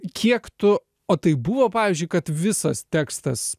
kiek tu o tai buvo pavyzdžiui kad visas tekstas